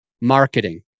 marketing